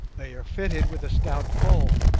they are fitted with a stout pole,